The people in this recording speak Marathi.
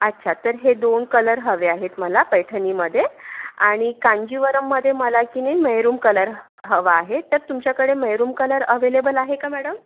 अच्छा तर हे दोन कलर हवे आहेत मला पैठणीमध्ये आणि कांजीवरममध्ये मला की नाही मेहरूम कलर हवा आहे तर तुमच्याकडे मेहरुम कलर अवेलेबल आहे का मॅडम